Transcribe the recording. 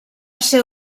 ser